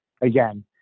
again